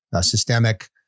systemic